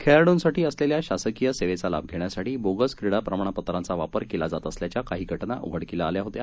खेळाडूंसाठी असलेल्या शासकीय सेवेचा लाभ घेण्यासाठी बोगस क्रीडा प्रमाणपत्रांचा वापर केला जात असल्याच्या काही घटना उघडकीला आल्या होत्या